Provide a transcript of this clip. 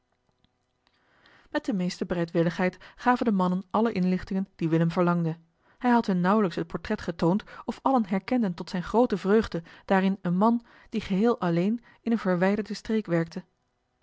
met de meeste bereidwilligheid gaven de mannen alle inlichtingen die willem verlangde hij had hun nauwelijks het portret getoond of allen herkenden tot zijne groote vreugde daarin een man die geheel alleen in eene verwijderde streek werkte